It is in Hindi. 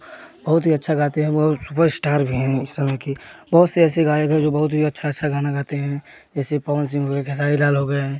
बहुत ही अच्छा गाते हैं वह सुपर स्टार भी है इस समय के बहुत से ऐसे गायक है जो बहुत ही अच्छा अच्छा गाना गाते हैं जैसे पवन सिंह हो गए खेसारी लाल हो गए हैं